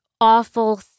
awful